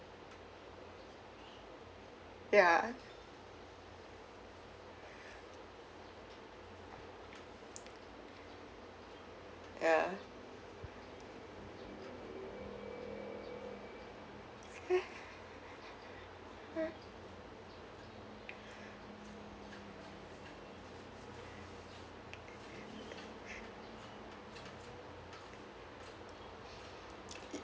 ya ya